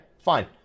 Fine